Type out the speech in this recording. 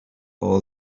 all